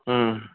हम्म